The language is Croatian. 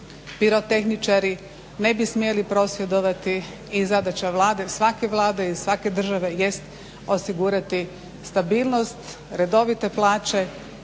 pirotehničari ne bi smjeli prosvjedovati i zadaća Vlade, svake vlade i svake države jest osigurati stabilnost, redovite plaće,